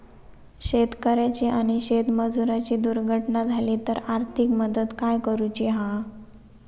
शेतकऱ्याची आणि शेतमजुराची दुर्घटना झाली तर आर्थिक मदत काय करूची हा?